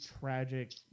tragic